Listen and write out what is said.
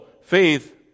faith